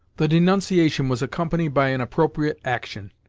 the denunciation was accompanied by an appropriate action.